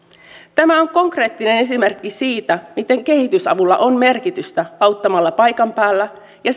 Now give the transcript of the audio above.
tämä on konkreettinen esimerkki siitä miten kehitysavulla on merkitystä auttamalla paikan päällä ja